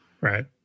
Right